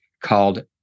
called